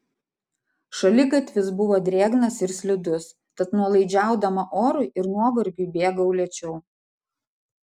šaligatvis buvo drėgnas ir slidus tad nuolaidžiaudama orui ir nuovargiui bėgau lėčiau